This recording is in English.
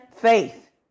faith